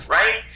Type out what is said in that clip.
right